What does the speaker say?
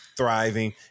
thriving